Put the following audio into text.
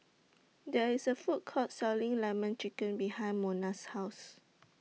There IS A Food Court Selling Lemon Chicken behind Mona's House